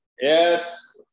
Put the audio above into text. Yes